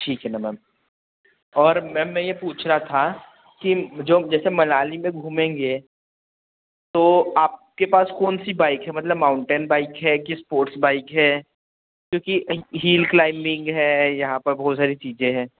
ठीक है न मैम और मैम यह पूछ रहा था कि जो जैसे मनाली में घूमेंगे तो आपके पास कौनसी बाइक है मतलब माउंटेन बाइक है कि स्पोर्ट्स बाइक है क्योंकि हील क्लाइम्बिंग है यहाँ परबहुत सारी चीज़ें हैं